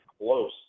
close